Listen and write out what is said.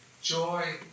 Joy